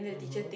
mmhmm